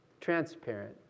transparent